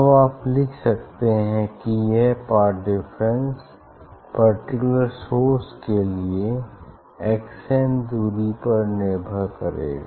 अब आप लिख सकते है कि यह पाथ डिफरेंस पर्टिकुलर सोर्स के लिए x n दूरी पर निर्भर करेगा